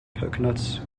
coconuts